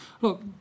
look